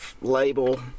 label